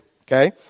okay